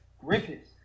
Griffiths